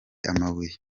amabuye